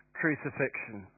crucifixion